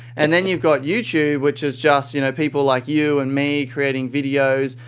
and then you've got youtube, which is just you know people like you and me creating videos.